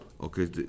Okay